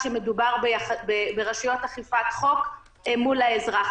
כשמדובר ברשויות אכיפת חוק אל מול האזרח.